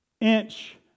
inch